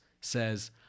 says